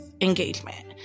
engagement